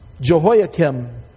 Jehoiakim